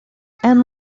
and